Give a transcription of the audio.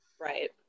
Right